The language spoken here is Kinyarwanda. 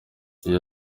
iyo